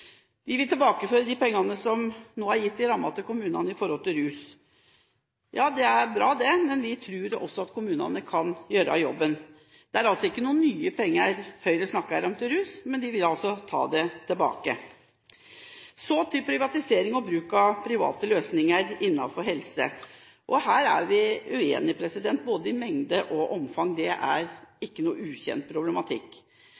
De vil tilbakeføre de pengene som nå er gitt i rammen til kommunene knyttet til rus. Ja, det er bra det, men vi tror også at kommunene kan gjøre jobben. Det er ikke noen nye penger Høyre snakker om til rus, men de vil altså ta det tilbake. Så til privatisering og bruk av private løsninger innenfor helse: Her er vi uenige i både mengde og omfang. Det er